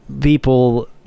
people